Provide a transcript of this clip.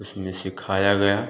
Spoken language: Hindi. उसमें सिखाया गया